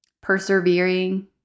persevering